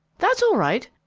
that's all right,